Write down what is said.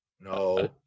No